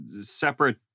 separate